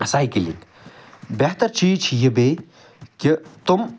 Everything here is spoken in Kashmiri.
سایکلِنٛگ بہتر چیٖز چھُ یہِ بیٚیہِ کہِ تِم